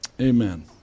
Amen